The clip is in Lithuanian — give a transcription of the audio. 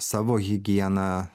savo higiena